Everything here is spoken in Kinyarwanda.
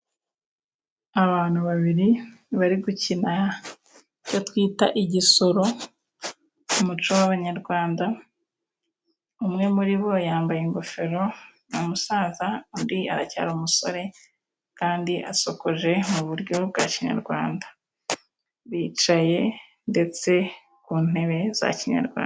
Abantu babiri bari gukina ibyo twita igisoro mu muco w'abanyarwanda. Umwe muri bo yambaye ingofero nu musaza undi aracyari umusore kandi asokoje mu buryo bwa kinyarwanda, bicaye ndetse ku ntebe za kinyarwanda.